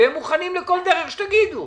הם מוכנים לכל דרך שתגידו.